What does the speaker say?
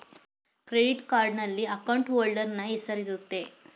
credit ಕಾರ್ಡ್ನಲ್ಲಿ account holder ನ ಹೆಸರಿರುತ್ತೆ